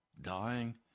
dying